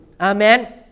Amen